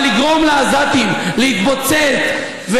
אבל לגרום לעזתים להתבוצץ,